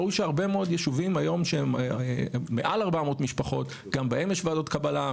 ראו שהרבה מאוד ישובים היום שהם מעל 400 משפחות גם בהם יש ועדות קבלה.